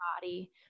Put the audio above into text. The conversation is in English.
body